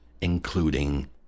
including